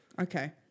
Okay